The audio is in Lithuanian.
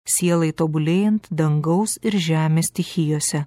sielai tobulėjant dangaus ir žemės stichijose